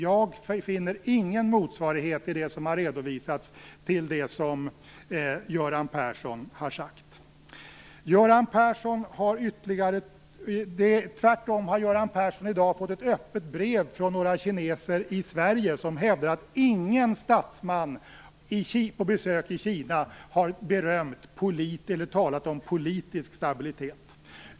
Jag finner ingen motsvarighet i det som har redovisats till det som Göran Persson har sagt. Tvärtom har Göran Persson i dag fått ett öppet brev från några kineser i Sverige som hävdar att ingen statsman på besök i Kina har talat om politisk stabilitet.